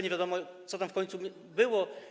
Nie wiadomo, co to w końcu było.